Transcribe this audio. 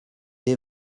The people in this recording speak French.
des